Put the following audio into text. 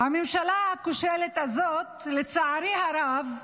הממשלה הכושלת הזאת, לצערי הרב,